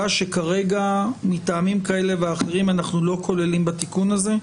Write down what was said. שכרגע מטעמים כאלה ואחרים אנחנו לא כוללים בתיקון הזה?